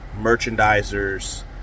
merchandisers